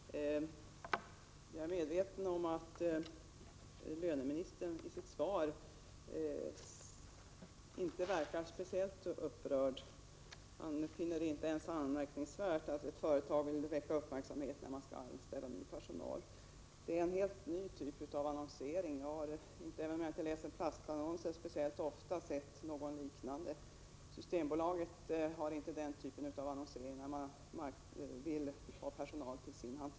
S& . Vin & Spritcentralens Herr talman! Jag är medveten om att löneministern i sitt svar inte verkar ; D é pr od 3 +— personalannonser speciellt upprörd. Han finner det inte ens anmärkningsvärt att ett företag vill väcka uppmärksamhet när det skall anställa ny personal. Man har här använt en helt ny typ av annonsering. Visserligen läser jag inte platsannonser speciellt ofta, men jag har inte förut sett något liknande. Systembolaget har inte den typen av annonsering när det söker personal till sin hantering.